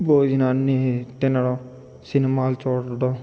భోజనాన్ని తినడం సినిమాలు చూడటం